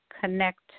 connect